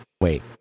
Wait